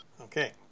Okay